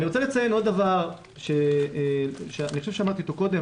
אני רוצה לציין עוד דבר שאני חושב שאמרתי אותו קודם,